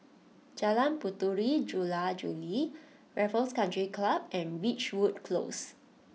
Jalan Puteri Jula Juli Raffles Country Club and Ridgewood Close